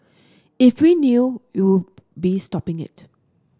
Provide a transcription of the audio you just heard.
if we knew you'll be stopping it